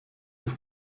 des